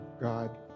God